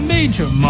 Major